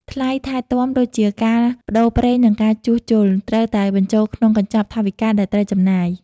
ថ្លៃថែទាំដូចជាការប្តូរប្រេង និងការជួសជុល ត្រូវតែបញ្ចូលក្នុងកញ្ចប់ថវិកាដែលត្រូវចំណាយ។